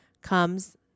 comes